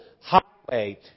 highway